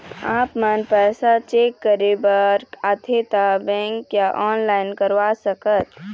आपमन पैसा चेक करे बार आथे ता बैंक या ऑनलाइन करवा सकत?